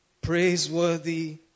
praiseworthy